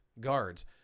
guards